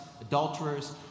adulterers